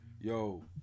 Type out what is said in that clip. Yo